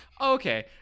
Okay